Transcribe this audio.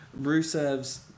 Rusev's